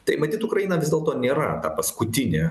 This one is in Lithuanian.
tai matyt ukraina vis dėlto nėra ta paskutinė